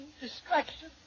distraction